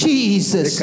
Jesus